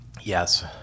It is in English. Yes